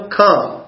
come